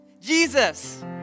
Jesus